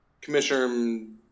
Commission